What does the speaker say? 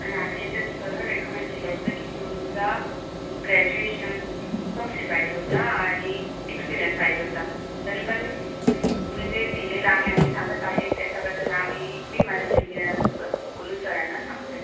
आणि आम्ही याच्यात सरळ रेकमेंड केलं होतं की तुमचा ग्रॅज्युएशन कंप्लिट पाहिजे होता आणि एक्सपीरीअन्स पाहिजे होता तरी पण तुम्ही जे दिलेलं आहे आणि सांगत आहे त्याच्याबद्दल आम्ही मी माझ्या सिनियरांसोबत बोलून सरांना सांगते